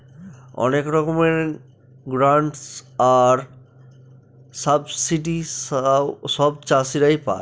অনেক রকমের গ্রান্টস আর সাবসিডি সব চাষীরা পাই